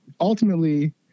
ultimately